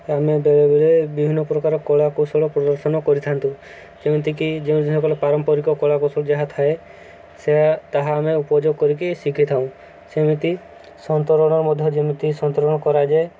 ଆମେ ବେଳେବେଳେ ବିଭିନ୍ନ ପ୍ରକାର କଳା କୌଶଳ ପ୍ରଦର୍ଶନ କରିଥାନ୍ତୁ ଯେମିତିକି ଯେଉଁ ପାରମ୍ପରିକ କଳା କୌଶଳ ଯାହା ଥାଏ ସେ ତାହା ଆମେ ଉପଯୋଗ କରିକି ଶିଖିଥାଉ ସେମିତି ସନ୍ତରଣ ମଧ୍ୟ ଯେମିତି ସନ୍ତରଣ କରାଯାଏ